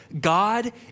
God